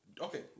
Okay